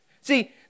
See